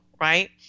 right